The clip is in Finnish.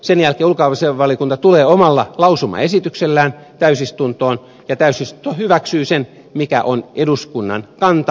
sen jälkeen ulkoaisainvaliokunta tulee omalla lausumaesityksellään täysistuntoon ja täysistunto hyväksyy sen mikä on eduskunnan kanta